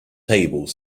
table